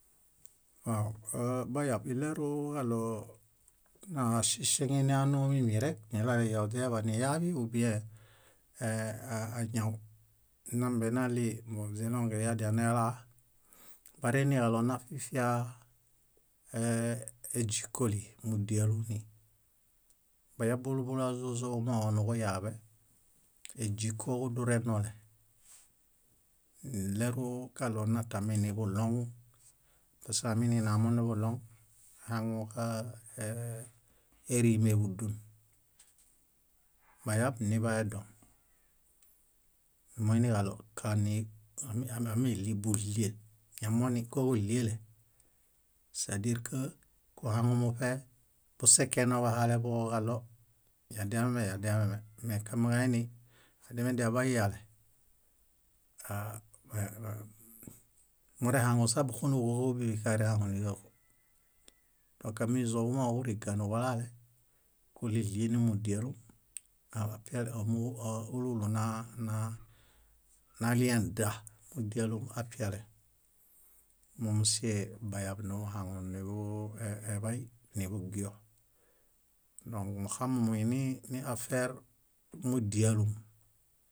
. Waw bayab iɭeruġaɭo naŝiŝeŋenanoo mímirek niɭale iyoźiñaḃaniyaḃi ubiẽ añaw nambenaɭii mbõźiɭongeyadianelaa bareiniġaɭo nafifia éźikoli, múdialuni. Bayab búlu búlu ázozoġumooġo nuġuyaaḃe, éźikoliġudurenole. Iɭerukaɭo natami nuḃuɭoŋ, pask amininamonuḃuɭoŋ, aihaŋu ka- ee- érimeḃudun. Bayab nibaedom. Moiniġaɭo kani a- a- ámiɭibuɭiel, ñamoni kóġuɭiele sardirk kuhaŋumuṗe busekeno bahaleḃuġoġaɭo yadiamemeyadiameme. Mekamiġainiadiamediabaiyale, a- aa- morehaŋusa búxuniḃuġoobiḃi kárehaŋuniġaġo. Dõk ámizo kúmooġoġuriga niġulale, kúɭiɭienimudialum, a- apiale ómu- úlu úlu na- na- nalien dda múdialum apiale. Mómusie bayab nuḃuhaŋuniḃueḃay, nuḃugio. Dõk muxamimuininiafer múdialum,